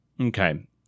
Okay